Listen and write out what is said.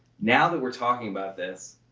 now that we're talking about this.